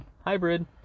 Hybrid